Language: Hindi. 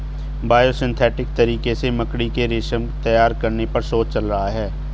बायोसिंथेटिक तरीके से मकड़ी के रेशम तैयार करने पर शोध चल रहा है